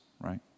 right